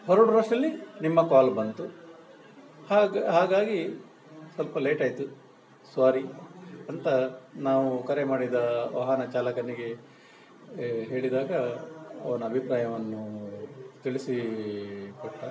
ಹೊರಡುವಷ್ಟ್ರಲ್ಲಿ ನಿಮ್ಮ ಕಾಲ್ ಬಂತು ಹಾಗೆ ಹಾಗಾಗಿ ಸ್ವಲ್ಪ ಲೇಟಾಯಿತು ಸ್ವೋರಿ ಅಂತ ನಾವು ಕರೆ ಮಾಡಿದ ವಾಹನ ಚಾಲಕನಿಗೆ ಏ ಹೇಳಿದಾಗ ಅವನ ಅಭಿಪ್ರಾಯವನ್ನು ತಿಳಿಸಿ ಕೊಟ್ಟ